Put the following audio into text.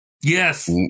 Yes